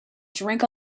drink